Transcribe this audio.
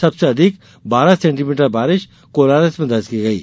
सबसे अधिक बारह सेन्टीमीटर बारिश कोलारस में दर्ज की गयी